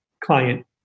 client